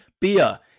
beer